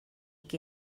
que